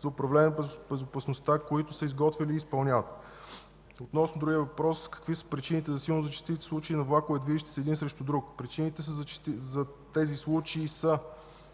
за управление на безопасността, които са изготвили и изпълняват. Относно въпроса какви са причините за силно зачестилите случаи на влакове, движещи се един срещу друг. Причините за тези случаи са